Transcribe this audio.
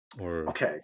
Okay